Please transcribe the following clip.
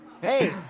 Hey